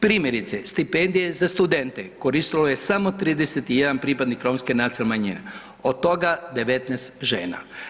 Primjerice, stipendije za studente koristilo je samo 31 pripadnik romske nacionalne manjine, od toga 19 žena.